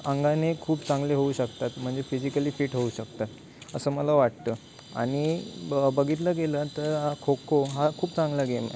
अंगाने खूप चांगले होऊ शकतात म्हणजे फिजिकली फिट होऊ शकतात असं मला वाटतं आणि ब बघितलं गेलं तर खो खो हा खूप चांगला गेम आहे